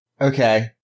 Okay